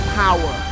power